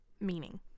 meaning